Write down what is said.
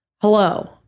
Hello